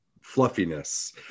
fluffiness